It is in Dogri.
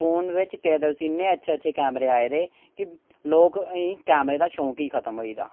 फोन बिच्च केह् आखदे उसी इ'न्ने अच्छे अच्छे कैमरे आये दे कि लोकें गी कैमरे दा शौंक ही खतम होई गेदा